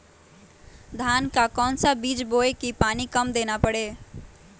धान का कौन सा बीज बोय की पानी कम देना परे?